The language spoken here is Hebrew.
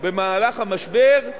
בזמן המשבר,